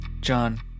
John